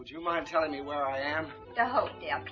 would you mind telling me where i am